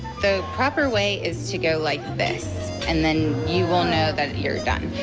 the proper way is to go like this and then you will know that you are done.